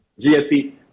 GFE